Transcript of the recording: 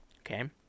Okay